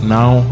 Now